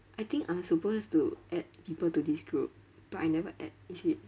I think I'm supposed to add people to this group but I never add is it